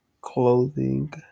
Clothing